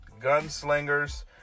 gunslingers